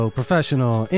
professional